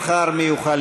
רוב מיוחס).